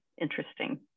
interesting